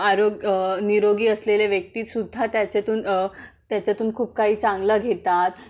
आरोग निरोगी असलेल्या व्यक्ती सुद्धा त्याच्यातून त्याच्यातून खूप काही चांगलं घेतात